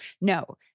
no